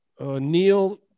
Neil